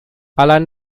allein